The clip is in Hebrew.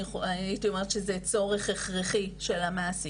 אני הייתי אומרת שזה צורך הכרחי של המעסיק.